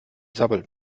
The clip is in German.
sabbelt